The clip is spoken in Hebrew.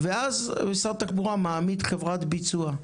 ואז משרד התחבורה מעמיד חברת ביצוע.